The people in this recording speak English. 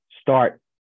start